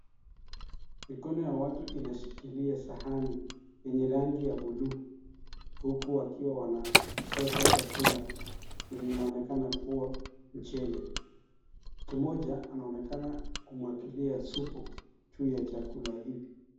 Mikono ya watu inashikilia sahani yenye rangi ya buluu huku wakiwa wanachota chakula yenye inaonekana kuwa mchele. Mtu moja anaonekana kumwagilia supu juu ya chakula hivi.